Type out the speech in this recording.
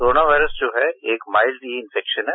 corona virus जो है mild ही इन्फेक्शन है